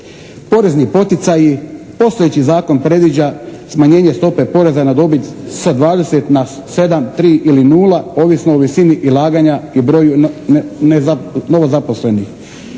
Porezni poticaji. Postojeći zakon predviđa smanjenje stope poreza na dobit sa 20 na 7, 3 ili 0 ovisno o visini ulaganja i broju novozaposlenih.